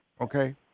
Okay